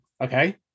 Okay